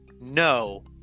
no